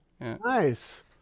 nice